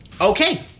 Okay